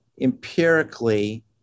empirically